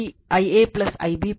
06 ಕೋನ 178